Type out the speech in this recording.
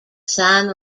san